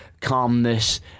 calmness